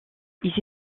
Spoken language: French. ils